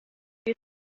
you